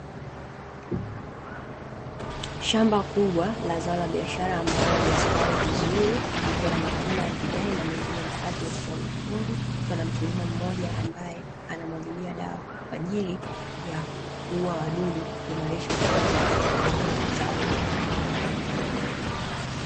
Shamba kubwa la zao la biashara, ambalo limestawi vizuri likiwa na matunda ya kijani na mengine baadhi mekundu. Mkulima mmoja ambaye anamwagilia dawa kwa ajili ya kuua wadudu, kuimarisha ukuaji wa zao hilo.